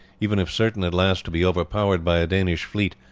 even if certain at last to be overpowered by a danish fleet,